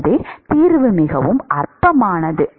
எனவே தீர்வு மிகவும் அற்பமானது